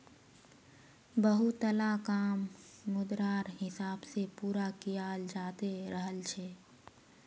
बहुतला काम मुद्रार हिसाब से पूरा कियाल जाते रहल छे